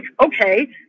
Okay